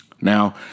Now